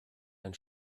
ein